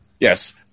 Yes